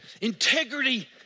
integrity